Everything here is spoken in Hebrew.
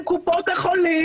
אני מקווה שאתם עומדים